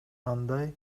андай